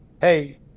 hey